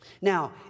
Now